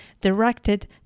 directed